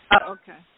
Okay